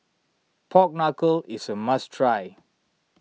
Pork Knuckle is a must try